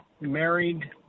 married